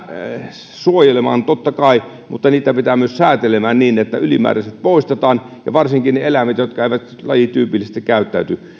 suojelemaan totta kai mutta niitä pitää pystyä myös säätelemään niin että ylimääräiset poistetaan ja varsinkin ne eläimet jotka eivät lajityypillisesti käyttäydy